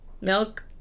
milk